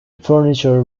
furniture